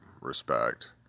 respect